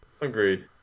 Agreed